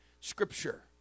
scripture